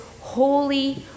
holy